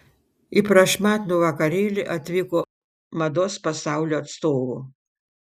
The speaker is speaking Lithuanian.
į prašmatnų vakarėlį atvyko mados pasaulio atstovų